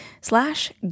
slash